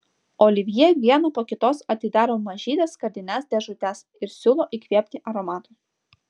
olivjė vieną po kitos atidaro mažytes skardines dėžutes ir siūlo įkvėpti aromato